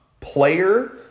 player